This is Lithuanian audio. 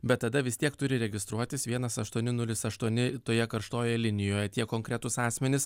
bet tada vis tiek turi registruotis vienas aštuoni nulis aštuoni toje karštojoj linijoje tie konkretūs asmenys